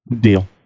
deal